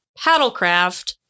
paddlecraft